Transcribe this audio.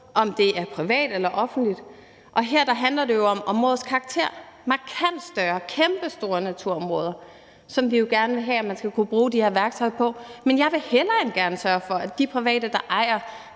om det er privat eller offentligt. Og her handler det jo om områdets karakter – det er markant større, kæmpestore naturområder, som vi jo gerne vil have at man skal kunne bruge de her værktøjer på. Men jeg vil hellere end gerne sørge for, at de private, der ejer